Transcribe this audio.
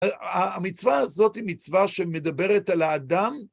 המצווה הזאת היא מצווה שמדברת על האדם.